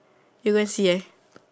you go and see leh